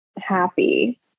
happy